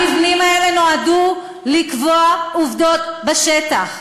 המבנים האלה נועדו לקבוע עובדות בשטח.